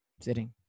Sitting